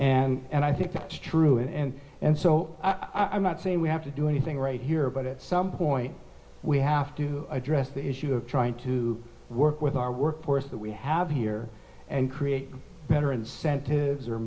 welfare and i think that's true and and so i'm not saying we have to do anything right here but it's some point we have to address the issue of trying to work with our workforce that we have here and create better incentives